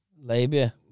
labia